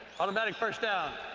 automatic first down.